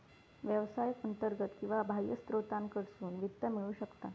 व्यवसायाक अंतर्गत किंवा बाह्य स्त्रोतांकडसून वित्त मिळू शकता